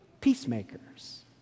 peacemakers